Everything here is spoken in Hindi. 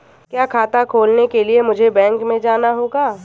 क्या खाता खोलने के लिए मुझे बैंक में जाना होगा?